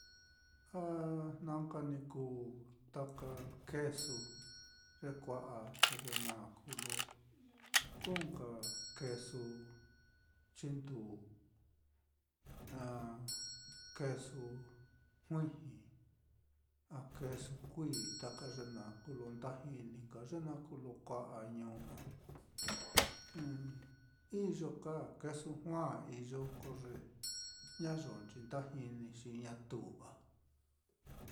A jna nka ni kuu taka kesu, ye kua'a te ye naá kuu lo kuu nka kesu chinduu, a kesu juiji, a kesu kuií, taka ye naá kuu lo nda jini nka, ye naá kuu lo kua'a ñuu á, iyo ka kesu juaa, iyo ko ye ñayonchi nda jini xi ñatu á.